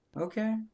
Okay